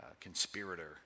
conspirator